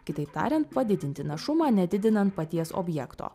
kitaip tariant padidinti našumą nedidinant paties objekto